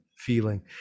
Feeling